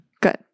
Good